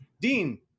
Dean